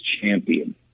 champion